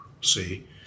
see